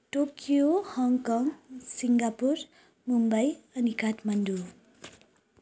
Tokyo Hong Kong Singapore Mumbai अनि काठमाडौँ